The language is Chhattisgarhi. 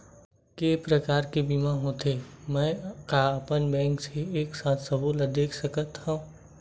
के प्रकार के बीमा होथे मै का अपन बैंक से एक साथ सबो ला देख सकथन?